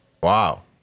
Wow